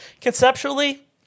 conceptually